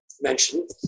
mentioned